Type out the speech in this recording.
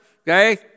okay